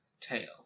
tail